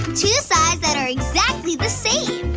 two sides that are exactly the same,